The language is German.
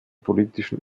politischen